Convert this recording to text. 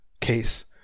case